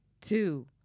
Two